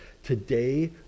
Today